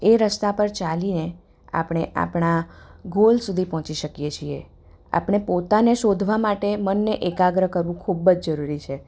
એ રસ્તા પર ચાલીને આપણે આપણા ગોલ સુધી પહોંચી શકીએ છીએ આપણે પોતાને શોધવા માટે મનને એકાગ્ર કરવું ખૂબ જ જરૂરી છે